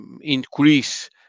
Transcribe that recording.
increase